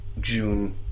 June